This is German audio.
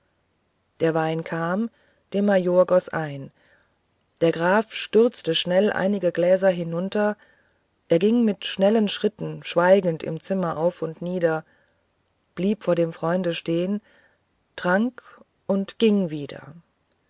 der wein kam der major goß ein der graf stürzte schnell einige gläser hinunter er ging mit schnellen schritten schweigend im zimmer auf und nieder blieb vor dem freunde stehen trank und ging wieder